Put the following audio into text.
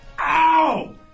Ow